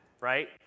right